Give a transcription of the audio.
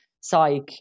psych